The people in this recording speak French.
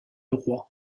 roi